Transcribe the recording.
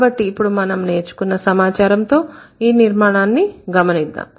కాబట్టి ఇప్పుడు మనం నేర్చుకున్న సమాచారంతో ఈ నిర్మాణాన్ని గమనిద్దాం